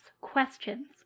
questions